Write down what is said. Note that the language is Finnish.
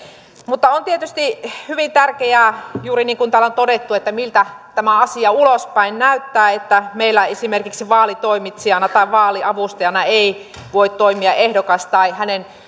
mutta on tietysti hyvin tärkeää juuri niin kuin täällä on todettu miltä tämä asia ulospäin näyttää ja että meillä esimerkiksi vaalitoimitsijana tai vaaliavustajana ei voi toimia ehdokas tai hänen